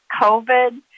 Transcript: COVID